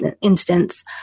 instance